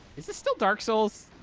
is this still dark souls?